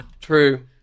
true